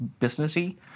businessy